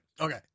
Okay